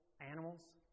animals